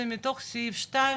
זה מתוך סעיף 2,